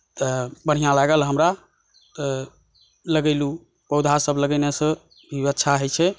तऽ बढ़िऑं लागल हमरा तऽ लगेलहुँ पौधा सभ लगेनेसँ अच्छा होइ छै